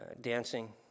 dancing